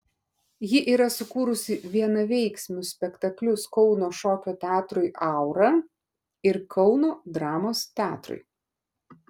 ji yra sukūrusi vienaveiksmius spektaklius kauno šokio teatrui aura ir kauno dramos teatrui